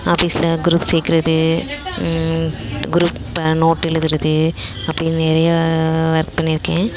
ஆபீஸில் குரூப்ஸ் சேர்க்குறது குரூப்பை நோட்டு எழுதுவது அப்படி நிறைய வொர்க் பண்ணியிருக்கேன்